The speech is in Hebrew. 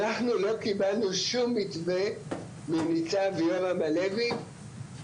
אנחנו לא קיבלנו שום מתווה מניצב יורם הלוי,